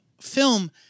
film